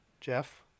Jeff